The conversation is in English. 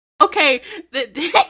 Okay